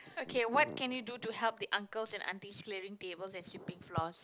okay what can you do to help the uncles and aunties clearing tables and sweeping floors